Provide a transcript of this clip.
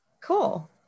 Cool